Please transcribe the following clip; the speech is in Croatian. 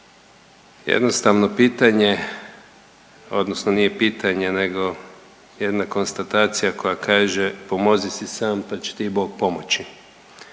Jednostavno pitanje odnosno nije pitanje nego jedna konstatacija koja kaže, pomozi si sam pa će ti i Bog pomoći.